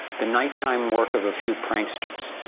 the night-time work of a few pranksters.